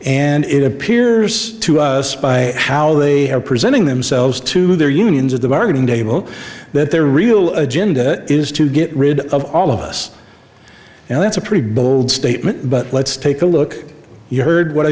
and it appears to us by how they are presenting themselves to their unions at the bargaining table that their real agenda is to get rid of all of us and that's a pretty bold statement but let's take a look you heard what